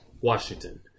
Washington